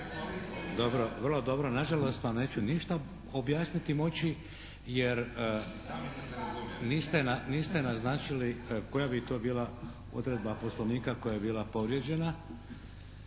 Dobro. Prvo. Dobro. Nažalost vam neću ništa objasniti moći jer niste naznačili koja bi to bila odredba Poslovnika koja bi bila povrijeđena.